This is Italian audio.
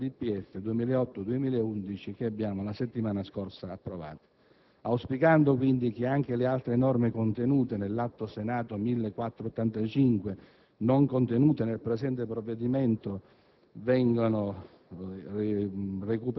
e con la risoluzione di maggioranza relativa al DPEF 2008-2011, che abbiamo la settimana scorsa approvato. Per queste ragioni, auspicando quindi che anche le altre norme contenute nell'Atto Senato n. 1485 e non contenute nel presente provvedimento